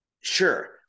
Sure